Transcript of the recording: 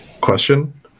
question